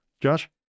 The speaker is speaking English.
Josh